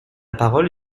parole